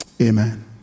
amen